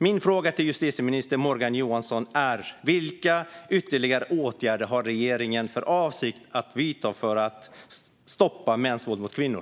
Min fråga till justitieminister Morgan Johansson är: Vilka ytterligare åtgärder har regeringen för avsikt att vidta för att stoppa mäns våld mot kvinnor?